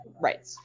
right